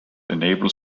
enables